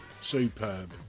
Superb